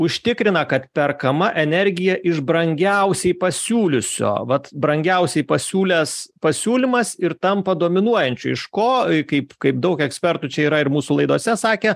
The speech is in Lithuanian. užtikrina kad perkama energija iš brangiausiai pasiūliusio vat brangiausiai pasiūlęs pasiūlymas ir tampa dominuojančiu iš ko kaip kaip daug ekspertų čia yra ir mūsų laidose sakę